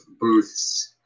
booths